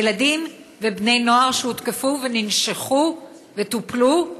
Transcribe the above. ילדים ובני נוער שהותקפו וננשכו וטופלו,